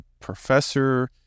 professor